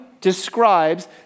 describes